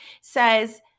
says